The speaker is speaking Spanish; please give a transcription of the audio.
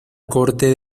corte